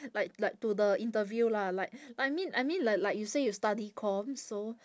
like like to the interview lah like I mean I mean like like you say you study comms so